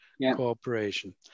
cooperation